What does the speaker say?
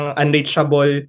unreachable